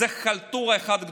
זו חלטורה אחת גדולה.